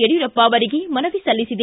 ಯಡಿಯೂರಪ್ಪ ಅವರಿಗೆ ಮನವಿ ಸಲ್ಲಿಸಿದೆ